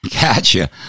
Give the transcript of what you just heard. Gotcha